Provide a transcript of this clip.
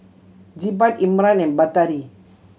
Jebat Imran and Batari